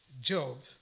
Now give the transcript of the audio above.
Job